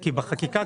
כי בחקיקה,